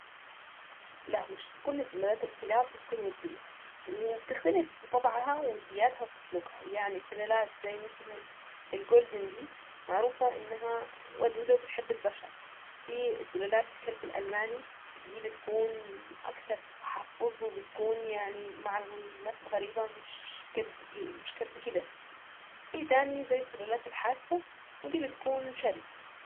لا مش كل سلالات الكلاب بتكون ودية وبتختلف في طبعها ودياتها وفي سلوكها يعني السلالات زي مثلا الجولدن دي معروفة انها ودودة وبتحب البشر وفي سلالات الكلب الالماني دي بتكون اكتر تحفز وبتكون يعني مع الناس الغريبة مش قد كده وفي تاني زي السلالات الحارسة ودي بتكون شرسة.